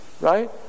Right